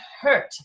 hurt